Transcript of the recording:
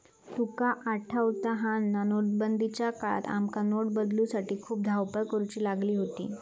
तुका आठवता हा ना, नोटबंदीच्या काळात आमका नोट बदलूसाठी खूप धावपळ करुची लागली होती